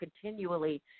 continually